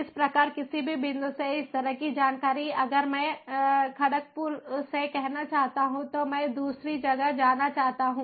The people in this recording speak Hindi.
इस प्रकार किसी भी बिंदु से इस तरह की जानकारी अगर मैं खड़गपुर से कहना चाहता हूं तो मैं दूसरी जगह जाना चाहता हूं